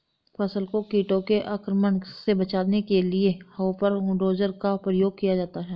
फसल को कीटों के आक्रमण से बचाने के लिए हॉपर डोजर का प्रयोग किया जाता है